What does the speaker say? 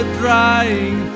drying